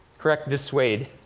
correct dissuade.